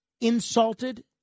insulted